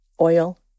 oil